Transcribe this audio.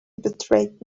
betrayed